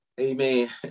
Amen